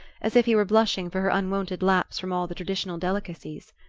as if he were blushing for her unwonted lapse from all the traditional delicacies.